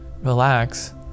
relax